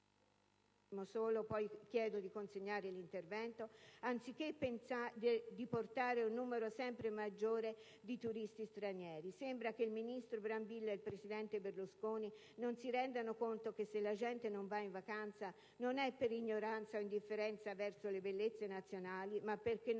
italiani a rimanere in Italia, anziché pensare di portare un numero sempre maggiore di turisti stranieri. Sembra che il ministro Brambilla ed il presidente Berlusconi non si rendano conto che se la gente non va in vacanza non è per ignoranza o indifferenza verso le bellezze nazionali, ma perché non